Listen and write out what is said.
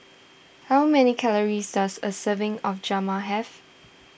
how many calories does a serving of Jama have